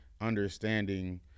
understanding